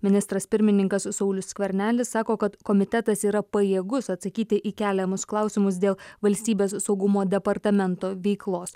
ministras pirmininkas saulius skvernelis sako kad komitetas yra pajėgus atsakyti į keliamus klausimus dėl valstybės saugumo departamento veiklos